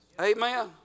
Amen